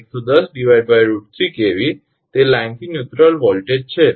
તેથી જ 𝑉𝑛 110√3 𝑘𝑉 તે લાઇનથી ન્યૂટ્રલ વોલ્ટેજ છે